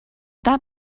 that